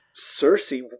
Cersei